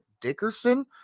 Dickerson